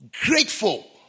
grateful